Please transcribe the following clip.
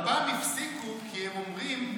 לפ"מ הפסיקו כי הם טוענים,